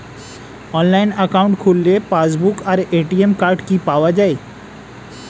Online account খুললে passbook আর ATM card কি পাওয়া যায়?